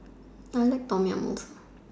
I like Tom-Yum